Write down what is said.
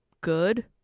good